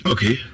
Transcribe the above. Okay